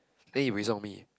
then he buay song me